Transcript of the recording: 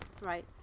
Right